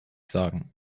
sagen